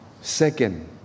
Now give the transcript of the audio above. Second